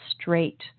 straight